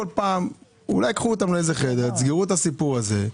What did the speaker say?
אולי קחו אותם לחדר, תסגרו את הסיפור הזה.